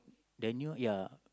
the new ya